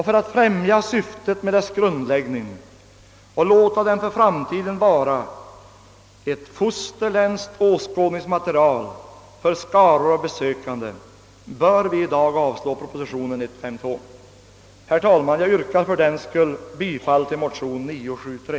För att främja syftet med nationalparkens grundläggning och låta den för framtiden vara ett »fosterländskt åskådningsmaterial» för skaror av besökande bör vi i dag avslå proposition nr 1952. Jag yrkar fördenskull, herr talman, bifall till motion nr 973.